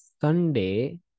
Sunday